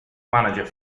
manager